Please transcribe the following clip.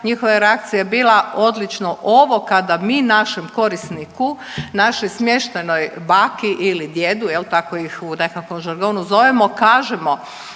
njihova je reakcija bila odlično. Ovo kada mi našem korisniku našoj smještajnoj baki ili djedu, jel' tako ih u nekakvom žargonu zovemo kažemo